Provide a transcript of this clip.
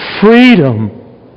freedom